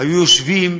היו יושבים,